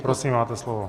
Prosím, máte slovo.